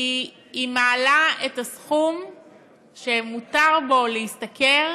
כי היא מעלה את הסכום שמותר להשתכר